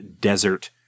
desert